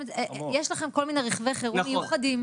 יש לכם כל מיני רכבי חירום מיוחדים,